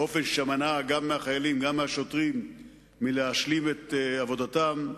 באופן שמנע גם מהחיילים וגם מהשוטרים להשלים את עבודתם,